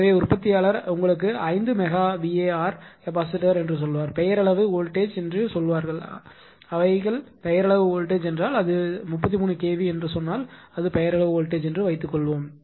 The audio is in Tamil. எனவே உற்பத்தியாளர் உங்களுக்கு 5 மெகா VAr கெப்பாசிட்டர் என்று சொல்வார் பெயரளவு வோல்டேஜ்என்று சொல்வார்கள் அவர்கள் பெயரளவு வோல்டேஜ் என்றால் அது 33 kV என்று சொன்னால் அது பெயரளவு வோல்டேஜ்என்று வைத்துக்கொள்வோம்